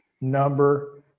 number